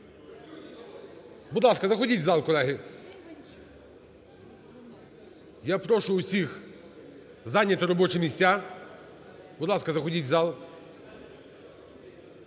Будь ласка, заходіть в зал колеги. Я прошу усіх зайняти робочі місця. Будь ласка, заходіть у зал.